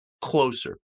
closer